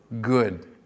Good